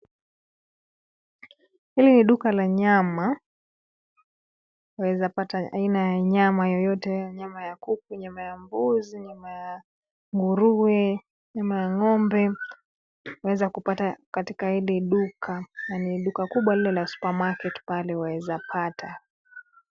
Hili ni duka la nyama, waweza pata aina nyama yoyote, nyama ya kuku, nyama ya mbuzi, nyama nguruwe, nyama ya ng'ombe. Waweza kupata katika hili duka na ni duka kubwa lile la supermarket pale waweza pata.